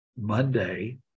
Monday